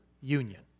union